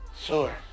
Sure